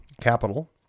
capital